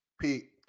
Pete